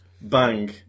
bang